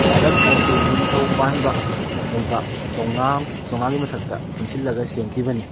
ꯚꯥꯔꯠ ꯑꯁꯤ ꯅꯤꯡꯊꯧ ꯄꯥꯟꯕ ꯂꯩꯕꯥꯛ ꯆꯥꯝꯃꯉꯥ ꯆꯥꯝꯃꯉꯥꯒꯤ ꯃꯊꯛꯇ ꯄꯨꯟꯁꯤꯜꯂꯒ ꯁꯦꯝꯈꯤꯕꯅꯤ